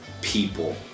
people